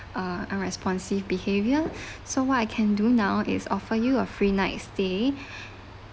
uh unresponsive behaviour so what I can do now is offer you a free night stay